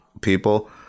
people